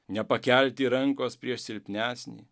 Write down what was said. nepakelti rankos prieš silpnesnį